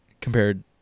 compared